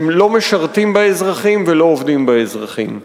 שלא משרתים בה אזרחים ולא עובדים בה אזרחים.